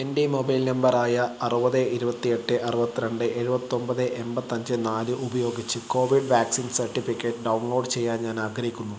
എൻ്റെ mobile number ആയ അറുപത് ഇരുപത്തിയെട്ട് അറുപത്തിരണ്ട് എഴുപത്തിയൊമ്പത് എൺപത്തിയഞ്ച് നാല് ഉപയോഗിച്ച് കോവിഡ് വാക്സിൻ സർട്ടിഫിക്കറ്റ് ഡൗൺലോഡ് ചെയ്യാൻ ഞാൻ ആഗ്രഹിക്കുന്നു